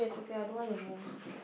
okay I don't want to move